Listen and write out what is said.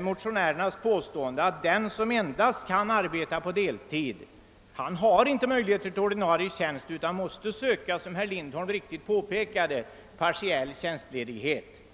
motionärernas påstående att den som endast arbetar på deltid inte har möjlighet till ordinarie tjänst utan måste, som herr Lindholm mycket riktigt påpekade, söka partiell tjänstledighet.